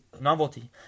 novelty